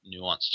nuanced